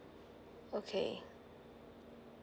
okay